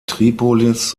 tripolis